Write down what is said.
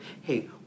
hey